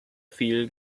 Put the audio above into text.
viel